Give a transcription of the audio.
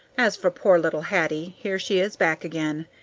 as for poor little hattie, here she is back again,